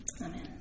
Amen